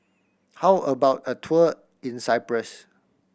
how about a tour in Cyprus